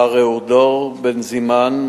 מר ראודור בנזימן,